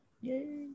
Yay